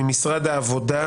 ממשרד העבודה